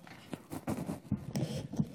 21),